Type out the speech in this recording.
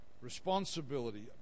responsibility